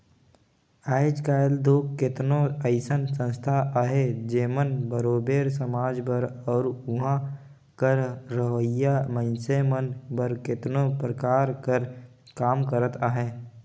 आएज काएल दो केतनो अइसन संस्था अहें जेमन बरोबेर समाज बर अउ उहां कर रहोइया मइनसे मन बर केतनो परकार कर काम करत अहें